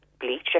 bleach